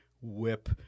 whip